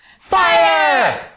fire!